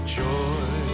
joy